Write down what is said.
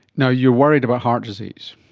now, you're worried about heart disease.